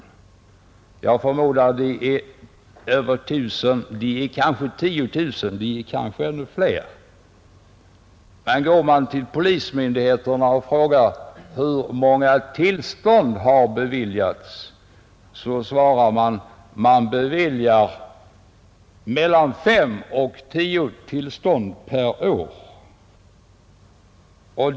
Jag förmodar att det är över tusen, kanske tiotusen, kanske ännu fler. Den som går till polismyndigheterna och frågar hur många tillstånd som beviljats får svaret att det beviljas mellan fem och tio tillstånd per år.